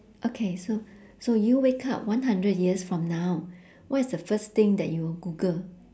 okay so so you wake up one hundred years from now what is the first thing that you will google